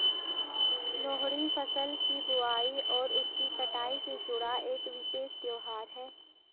लोहड़ी फसल की बुआई और उसकी कटाई से जुड़ा एक विशेष त्यौहार है